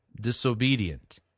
disobedient